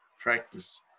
practice